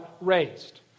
raised